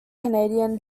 canadian